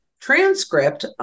transcript